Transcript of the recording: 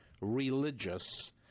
religious